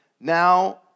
Now